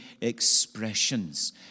expressions